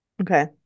okay